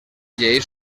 lleis